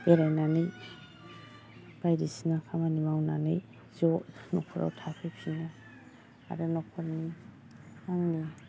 बेरायनानै बायदिसिना खामानि मावनानै ज' न'खराव थाफैफिनो आरो न'खरनि आंनि